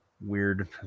Weird